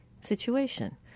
situation